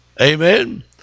Amen